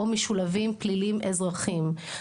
או משולבים פלילים אזרחים.